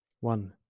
one